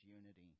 unity